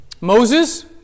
Moses